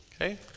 Okay